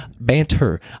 banter